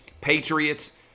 Patriots